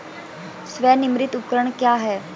स्वनिर्मित उपकरण क्या है?